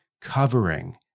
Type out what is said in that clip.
covering